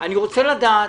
אני רוצה לדעת,